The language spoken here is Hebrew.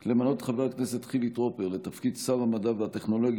4. למנות את חבר הכנסת חילי טרופר לתפקיד שר המדע והטכנולוגיה,